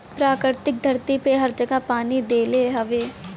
प्रकृति धरती पे हर जगह पानी देले हउवे